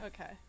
Okay